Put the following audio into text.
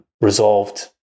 resolved